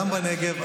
גם בנגב,